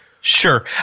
Sure